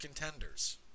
contenders